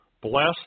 Bless